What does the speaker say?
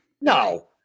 No